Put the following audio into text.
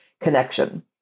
connection